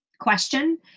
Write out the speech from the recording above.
question